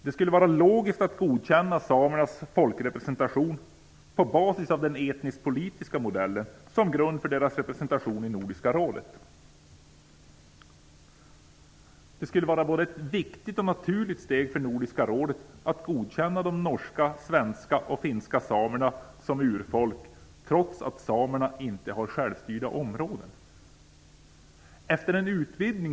Det skulle vara logiskt att godkänna samernas folkrepresentation på basis av den etnisk-politiska modellen som grund för deras representation i Nordiska rådet. Det skulle vara både ett viktigt och naturligt steg för nordiska rådet att godkänna de norska, svenska och finska samerna som urfolk, trots att samerna inte har självstyrda områden.